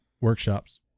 Workshops